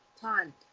time